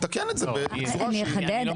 נתקן את זה בצורה --- אני אחדד --- לא,